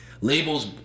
labels